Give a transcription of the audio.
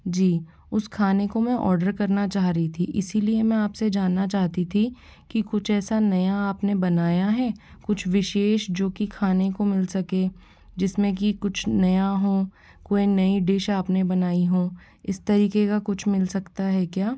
जी उस खाने को में ऑर्डर करना चाह रही थी इसीलिए मैं आपसे जानना चाहती थी की कुछ ऐसा नया आपने बनाया है कुछ विशेष जो की खाने को मिल सके जिसमें की कुछ नया हो कोई नई डिश आपने बनाई हो इस तरीके का कुछ मिल सकता है क्या